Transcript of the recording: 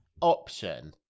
option